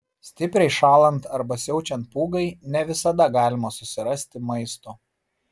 stipriai šąlant arba siaučiant pūgai ne visada galima susirasti maisto